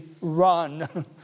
run